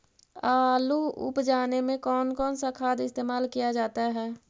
आलू उप जाने में कौन कौन सा खाद इस्तेमाल क्या जाता है?